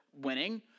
winning